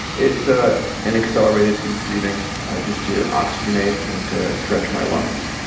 it's ah an accelerated deep breathing just to oxygenate and to stretch my lungs.